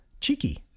Cheeky